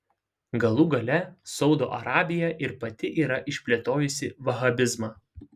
galų gale saudo arabija ir pati yra išplėtojusi vahabizmą